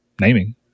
naming